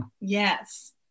yes